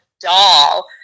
doll